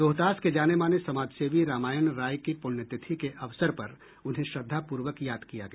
रोहतास के जानेमाने समाजसेवी रामायण राय की पुण्यतिथि के अवसर पर उन्हें श्रद्धापूर्वक याद किया गया